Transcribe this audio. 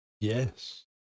yes